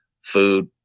Food